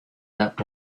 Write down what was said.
that